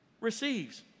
receives